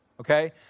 okay